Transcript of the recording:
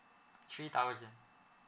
three thousand